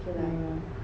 yeah